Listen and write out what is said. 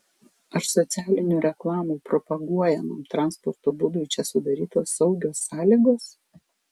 ar socialinių reklamų propaguojamam transporto būdui čia sudarytos saugios sąlygos